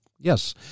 Yes